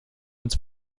ins